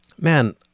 man